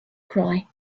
cry